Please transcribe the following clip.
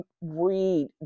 read